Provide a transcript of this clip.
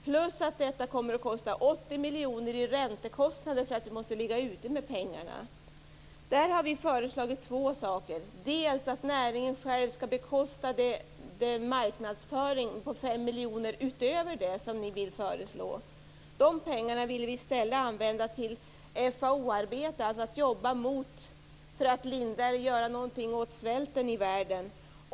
Detta kommer dessutom att kosta 80 miljoner i räntekostnader därför att vi måste ligga ute med pengarna. På den här punkten har vi föreslagit två saker. Vi har föreslagit att näringen själv skall bekosta marknadsföring på 5 miljoner utöver det som ni vill föreslå. De pengarna vill vi i stället använda till FAO arbete, alltså till att jobba för att lindra eller göra något åt svälten i världen.